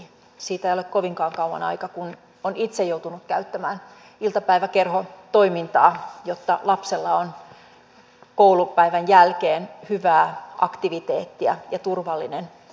siitä ei ole kovinkaan kauan aikaa kun olen itse joutunut käyttämään iltapäiväkerhotoimintaa jotta lapsella on koulupäivän jälkeen hyvää aktiviteettia ja turvallinen ympäristö